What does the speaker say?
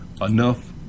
enough